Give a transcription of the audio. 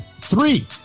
Three